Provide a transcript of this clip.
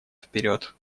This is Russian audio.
вперед